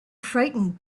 frightened